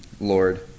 Lord